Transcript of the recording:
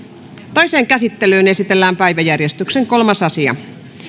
toiseen käsittelyyn esitellään päiväjärjestyksen kolmas asia